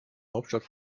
hauptstadt